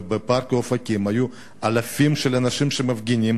ובפארק באופקים היו אלפי מפגינים,